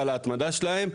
ועל ההתמדה שלהן,